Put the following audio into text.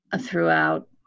throughout